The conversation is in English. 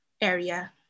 area